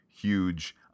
huge